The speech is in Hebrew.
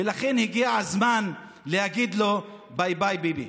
ולכן, הגיע הזמן להגיד לו: ביי ביי ביבי.